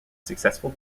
successful